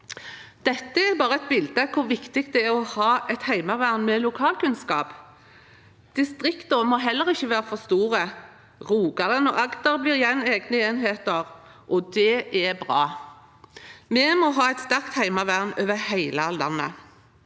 Dette er bare et bilde av hvor viktig det å ha et heimevern med lokalkunnskap. Distriktene må heller ikke være for store. Rogaland og Agder blir igjen egne enheter, og det er bra. Vi må ha et sterkt heimevern over hele landet.